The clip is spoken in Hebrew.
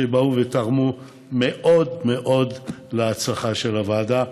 שבאו ותרמו מאוד מאוד להצלחה של הוועדה.